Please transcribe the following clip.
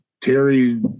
Terry